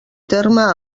terme